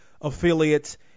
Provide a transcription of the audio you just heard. affiliates